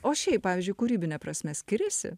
o šiaip pavyzdžiui kūrybine prasme skiriasi